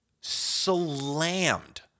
Slammed